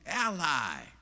ally